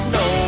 no